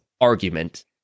argument